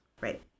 Right